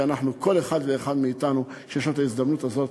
וכל אחד ואחד מאתנו שיש לו ההזדמנות הזאת,